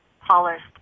polished